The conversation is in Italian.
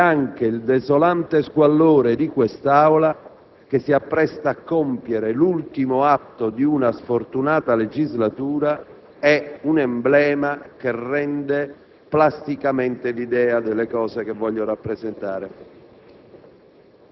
Anche il desolante squallore di quest'Aula che si appresta a compiere l'ultimo atto di una sfortunata legislatura è un emblema che rende plasticamente l'idea di quanto voglio rappresentare.